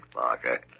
Parker